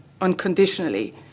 unconditionally